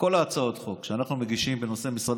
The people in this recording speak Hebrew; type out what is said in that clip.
בכל הצעות החוק שאנחנו מגישים בנושא משרד